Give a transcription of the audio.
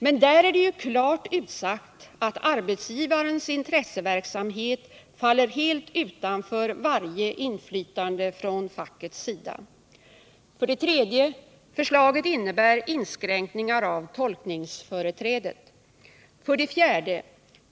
Men där är det ju klart utsagt, att arbetsgivarens intresseverksamhet faller helt utanför varje inflytande från fackets sida. 4.